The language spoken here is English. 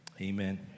Amen